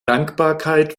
dankbarkeit